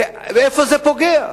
איפה זה פוגע?